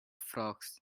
frogs